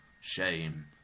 Shame